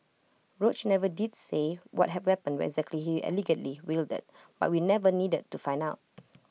roach never did say what had weapon exactly he allegedly wielded but we never needed to find out